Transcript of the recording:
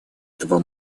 этого